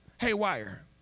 Haywire